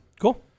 cool